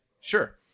Sure